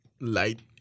light